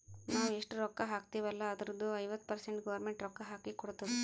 ನಾವ್ ಎಷ್ಟ ರೊಕ್ಕಾ ಹಾಕ್ತಿವ್ ಅಲ್ಲ ಅದುರ್ದು ಐವತ್ತ ಪರ್ಸೆಂಟ್ ಗೌರ್ಮೆಂಟ್ ರೊಕ್ಕಾ ಹಾಕಿ ಕೊಡ್ತುದ್